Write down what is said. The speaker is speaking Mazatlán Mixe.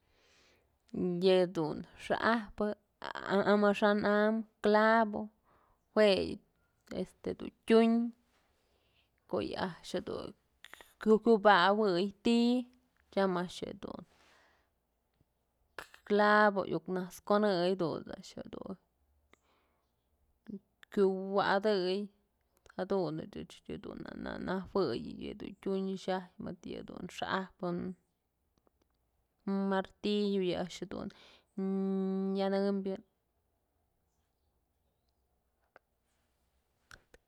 Yëdun xa'ajpë amaxa'an am clavo jue yë este dun tyun ko'o yë a'ax jedun kyubawey ti'i tyam a'ax jedun clavo iuk najt's konëy jadunt's a'ax jedun kyuwa'atëy jadun ëch dun na najuëy yëdun tyun xaj mëd yëdun xa'ajpë martillo yë a'ax dun nyënëmbyë.